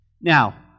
Now